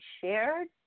shared